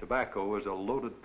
tobacco is a loaded